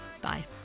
Bye